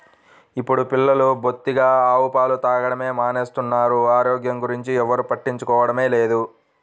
ఇప్పుడు పిల్లలు బొత్తిగా ఆవు పాలు తాగడమే మానేస్తున్నారు, ఆరోగ్యం గురించి ఎవ్వరు పట్టించుకోవడమే లేదు